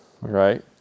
right